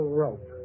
rope